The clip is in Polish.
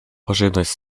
pożywność